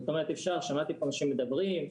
שמעתי פה אנשים מדברים,